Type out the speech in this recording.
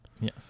Yes